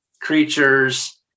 creatures